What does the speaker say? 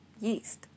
yeast